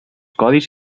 codis